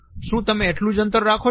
શું તમે એટલુજ અંતર રાખો છો